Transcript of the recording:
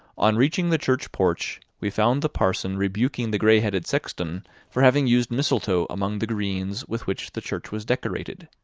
on reaching the church porch, we found the parson rebuking the gray-headed sexton for having used mistletoe among the greens with which the church was decorated.